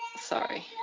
Sorry